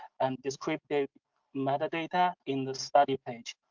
and descriptive metadata in this study page.